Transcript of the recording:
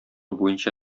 буенча